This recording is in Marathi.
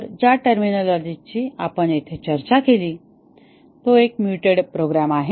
तर ज्या टर्मिनॉलॉजी ची आपण येथे चर्चा केली आहे तो एक म्युटेड प्रोग्राम आहे